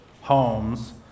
homes